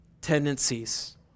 tendencies